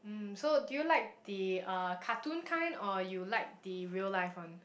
mm so do you like the uh cartoon kind or you like the real life one